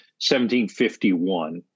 1751